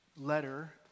letter